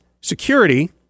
security